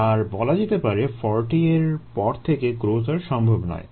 আর বলা যেতে পারে 40 এর পর থেকে গ্রোথ আর সম্ভব নয়